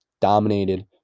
dominated